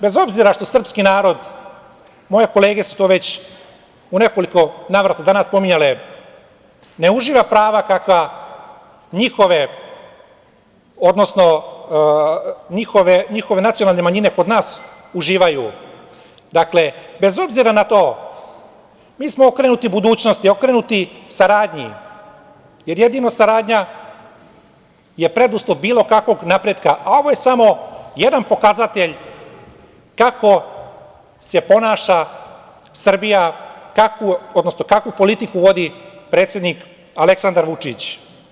Bez obzira što srpski narod, moje kolege su to već u nekoliko navrata danas spominjale, ne uživa prava kakva njihove nacionalne manjine kod uživaju, dakle, bez obzira na to, mi smo okrenuti budućnosti, okrenuti saradnji, jer jedino saradnja je preduslov bilo kakvog napretka, a ovo je samo jedan pokazatelj kako se ponaša Srbija, odnosno kakvu politiku vodi predsednik Aleksandar Vučić.